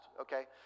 Okay